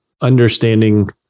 understanding